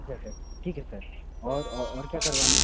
अच्छा अच्छा ठीक है सर और और क्या करवाना है